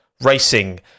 racing